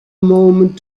moment